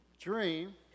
dream